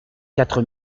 quatre